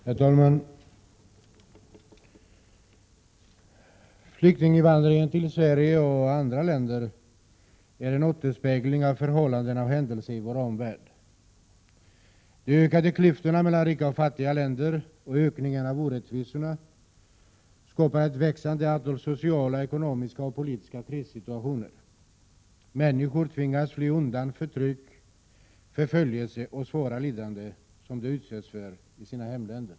Herr talman! Flyktinginvandringen till Sverige och andra länder är en avspegling av förhållanden och händelser i vår omvärld. De ökade klyftorna mellan rika och fattiga länder och ökningen av orättvisorna skapar ett växande antal sociala och politiska krissituationer. Människor tvingas fly undan förtryck, förföljelser och svåra lidanden som de utsätts för i sina hemländer.